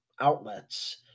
outlets